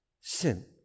sin